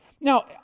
Now